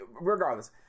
regardless